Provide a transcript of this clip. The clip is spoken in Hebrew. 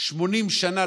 80 שנה.